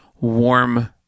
Warm